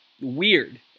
weird